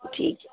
ٹھیک ہے